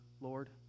Lord